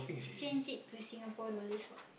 change it to Singapore dollars what